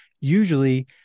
usually